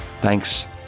Thanks